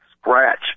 scratch